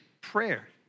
prayer